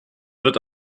wird